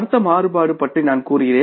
அடுத்த மாறுபாடு பற்றி நான் கூறுகிறேன்